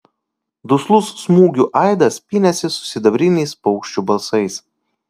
duslus smūgių aidas pynėsi su sidabriniais paukščių balsais